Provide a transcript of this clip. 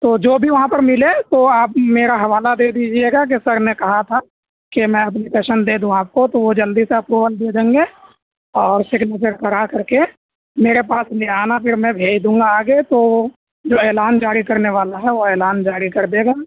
تو جو بھی وہاں پر ملے تو آپ میرا حوالے دے دیجیے گا کہ سر نے کہا تھا کہ میں اپلیکیشن دے دوں آپ کو تو وہ جلدی سے اپروول دے دیں گے اور سگنیچر کرا کر کے میرے پاس لے آنا پھر میں بھیج دوں گا آگے تو جو اعلان جاری کرنے والا ہے وہ اعلان جاری کر دے گا